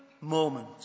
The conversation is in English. moment